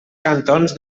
cantons